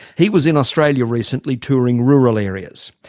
he was in australia recently touring rural areas.